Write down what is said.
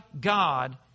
God